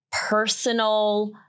Personal